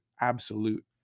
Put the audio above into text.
absolute